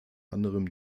anderem